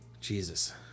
Jesus